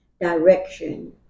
direction